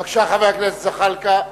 בבקשה, חבר הכנסת זחאלקה.